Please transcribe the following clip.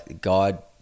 God